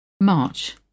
March